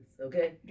okay